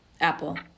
Apple